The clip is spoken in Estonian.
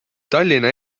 tallinna